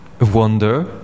wonder